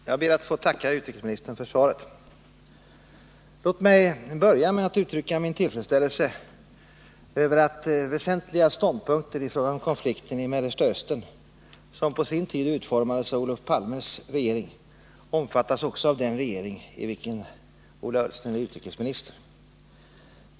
Herr talman! Jag ber att få tacka utrikesministern för svaret. Låt mig börja med att uttrycka min tillfredsställelse över att väsentliga ståndpunkter i fråga om konflikten i Mellersta Östern, vilka på sin tid utformades av Olof Palmes regering, omfattas också av den regering i vilken Ola Ullsten är utrikesminister.